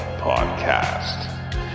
Podcast